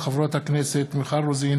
מאת חברת הכנסת מרב מיכאלי,